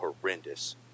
horrendous